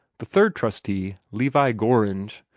the third trustee, levi gorringe,